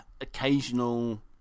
occasional